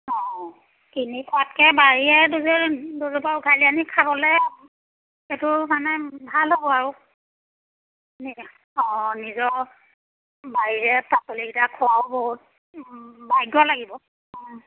অঁ কিনি খোৱাতকৈ বাৰীৰে দুজোপা উঘালি আনি খালে এইটো মানে ভাল হ'ব আৰু এনেকৈ অঁ নিজৰ বাৰীৰে পাচলিকেইটা খোৱাও বহুত ভাগ্য লাগিব